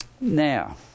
Now